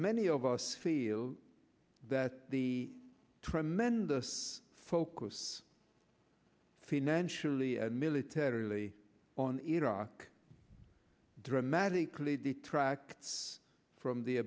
many of us feel that the tremendous focus financially and militarily on iraq dramatically detracts from the